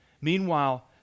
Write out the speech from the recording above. Meanwhile